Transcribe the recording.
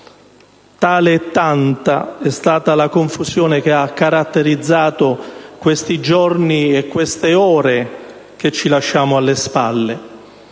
tale e tanta è stata la confusione che ha caratterizzato questi giorni e queste ore che ci lasciamo alle spalle.